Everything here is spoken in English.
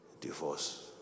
Divorce